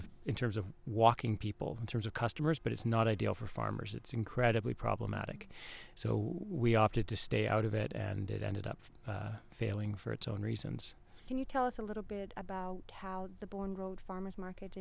of in terms of walking people in terms of customers but it's not ideal for farmers it's incredibly problematic so we opted to stay out of it and it ended up failing for its own reasons can you tell us a little bit about how the born farmer's market